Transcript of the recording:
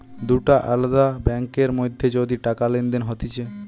দুটা আলদা ব্যাংকার মধ্যে যদি টাকা লেনদেন হতিছে